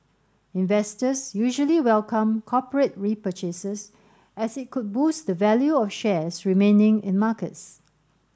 investors usually welcome corporate repurchases as it could boost the value of shares remaining in markets